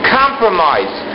compromise